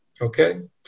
Okay